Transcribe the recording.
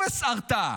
אפס הרתעה.